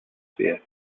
sphere